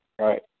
Right